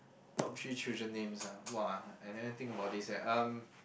top three children names ah !wah! I I never think about this eh um